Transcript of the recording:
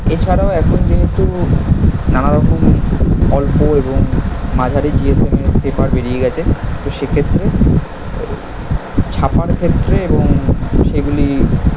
এছাড়াও এখন যেহেতু নানা রকম অল্প এবং মাঝারি জিএসএমের পেপার বেরিয়ে গেছে তো সেক্ষেত্রে ছাপার ক্ষেত্রে এবং সেগুলি